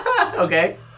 Okay